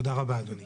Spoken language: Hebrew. תודה רבה, אדוני.